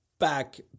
Back